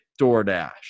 DoorDash